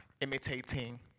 imitating